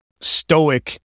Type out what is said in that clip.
stoic